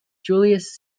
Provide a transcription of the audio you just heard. julius